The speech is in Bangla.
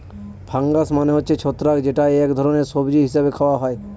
ফাঙ্গাস মানে হচ্ছে ছত্রাক যেটা এক ধরনের সবজি হিসেবে খাওয়া হয়